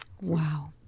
Wow